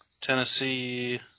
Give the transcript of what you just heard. Tennessee